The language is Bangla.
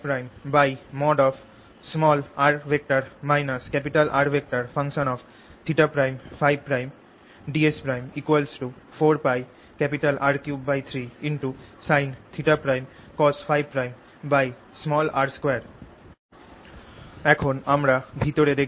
ds 4πR33 sin θ'cos Փ'r2 এখন আমরা ভিতরে দেখব